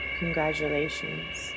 congratulations